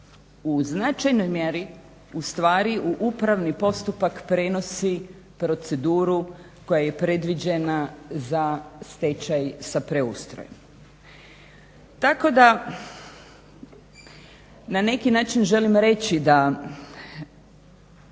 u značajnoj mjeri ustvari u upravni postupak unosi proceduru koja je i predviđena za stečaj sa preustrojem. Tako da na neki način želim reći da